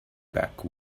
back